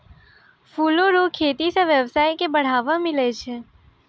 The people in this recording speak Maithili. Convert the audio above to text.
फूलो रो खेती से वेवसाय के बढ़ाबा मिलै छै